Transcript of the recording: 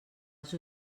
als